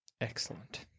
Excellent